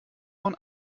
von